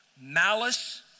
malice